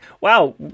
wow